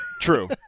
True